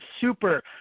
super